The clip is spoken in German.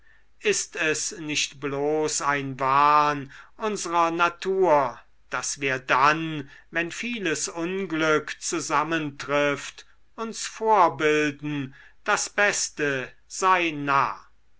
ist es nicht bloß ein wahn unsrer natur daß wir dann wenn vieles unglück zusammentrifft uns vorbilden das beste sei nah